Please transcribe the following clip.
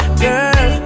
girl